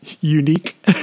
unique